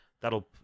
that'll